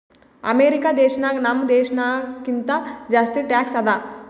America ದೇಶನಾಗ್ ನಮ್ ದೇಶನಾಗ್ ಕಿಂತಾ ಜಾಸ್ತಿ ಟ್ಯಾಕ್ಸ್ ಅದಾ